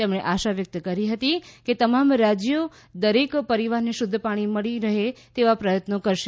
તેમણે આશા વ્યક્ત કરી હતી કે તમામ રાજયો દરેક પરિવારને શુધ્ધ પાણી મળી રહે તેવા પ્રયત્નો કરશે